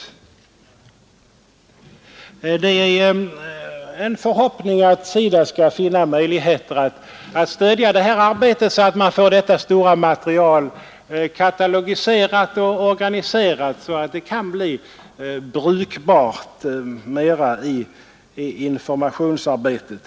Onsdagen den Det är nu vår förhoppning att SIDA skall få möjlighet att stödja detta 3 maj 1972 arbete så att man får detta omfattande bildmaterial katalogiserat och organiserat så att detta akiv kan bli mera brukbart i informationsarbetet.